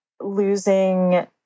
losing